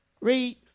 Read